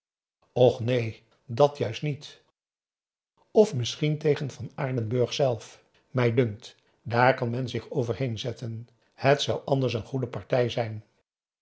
och neen dat juist niet of misschien tegen van aardenburg zelf mij dunkt daar kan men zich overheen zetten het zou anders een goede partij zijn